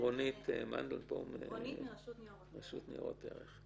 רונית מהרשות לניירות ערך.